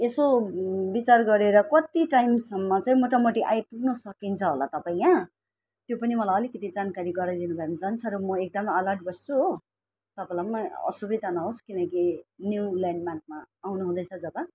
यसो विचार गरेर कति टाइमसम्म चाहिँ मोटामोटी आइपुग्न सकिन्छ होला तपाईँ यहाँ त्यो पनि मलाई अलिकिति जानकारी गराइदिनुभयो भने झन् साह्रो म एकदम अलर्ट बस्छु हो तपाईँलाई पनि मतलब असुविधा नहोस् किनकि न्यु ल्यान्डमार्कमा आउनुहुँदैछ जब